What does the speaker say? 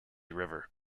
river